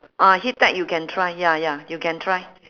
uh heat tech you can try ya ya you can try